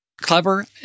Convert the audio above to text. clever